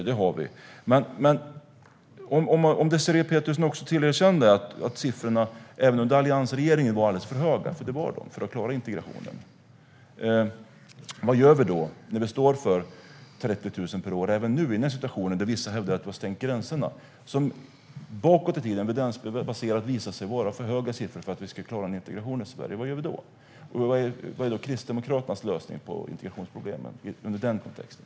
Om också Désirée Pethrus erkände att siffrorna även under alliansregeringen var alldeles för höga för att klara integrationen, för det var de - vad gör vi då när vi står inför att ta emot 30 000 även nu i den här situationen då vissa hävdar att vi har stängt gränserna? Det har ju visat sig vara för höga siffror för att vi ska klara av integrationen i Sverige. Vad gör vi då? Vad är Kristdemokraternas lösning på integrationsproblemen i den kontexten?